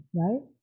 right